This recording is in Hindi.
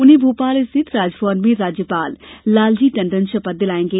उन्हें भोपाल स्थित राजभवन में राज्यपाल लालजी टंडन शपथ दिलाएंगे